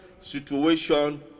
situation